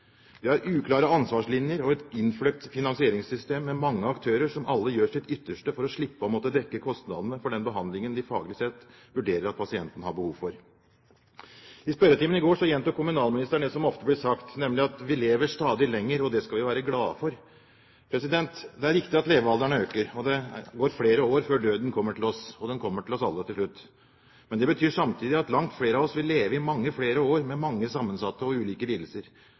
Vi har uklare ansvarslinjer og et innfløkt finansieringssystem, med mange aktører som alle gjør sitt ytterste for å slippe å måtte dekke kostnadene for den behandlingen de faglig sett vurderer at pasienten har behov for. I spørretimen i går gjentok kommunalministeren det som ofte blir sagt, nemlig at vi lever stadig lenger, og det skal vi være glade for. Det er riktig at levealderen øker. Det går flere år før døden kommer til oss, men den kommer til oss alle til slutt. Men det betyr samtidig at langt flere av oss vil leve i mange flere år, med mange sammensatte og ulike lidelser.